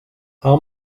how